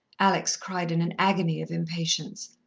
alex cried in an agony of impatience.